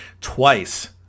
twice